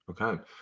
Okay